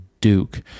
Duke